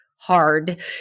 hard